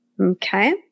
okay